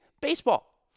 baseball